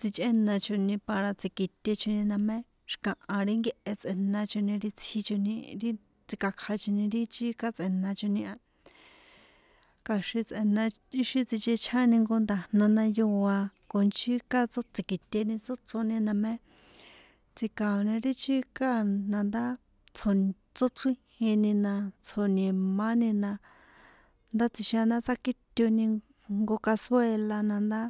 sinchꞌénachoni para tsi̱kitechoni na mé xi̱kaha ri nkehe tsꞌe̱nchoni ri tsjichoni ri tsikakjachoni ri chika tsꞌe̱nachoni kja̱xin tsꞌe̱na ixi sinchechjáni jnko nda̱jna jna yóa con chika tsó tsi̱kiṭeni tsóchroni na mé tsi̱kaon ri chika na ndá tsóchr tsóchrijinina na tso̱ni̱mani ndá tsjixijan ndá tsákitoni jnko cazuela na ndá.